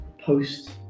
post-